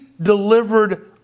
delivered